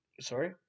Sorry